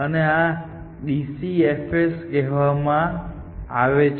આને DCFS કહેવામાં આવે છે